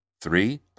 Three